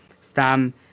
Stam